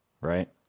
right